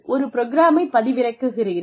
ஒரு புரோகிராமைப் பதிவிறக்குகிறீர்கள்